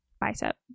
bicep